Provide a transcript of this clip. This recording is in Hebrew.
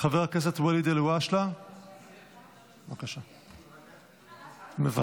חבר הכנסת ואליד אלהואשלה, בבקשה -- מוותר.